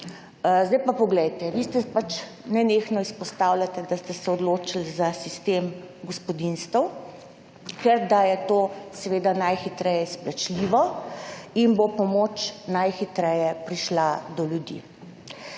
Zdaj pa poglejte. Vi ste, pač nenehno izpostavljate, da ste se odločili za sistem gospodinjstev, ker da je to seveda najhitreje izplačljivo in bo pomoč najhitreje prišla do ljudi.